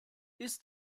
ist